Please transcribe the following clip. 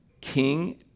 king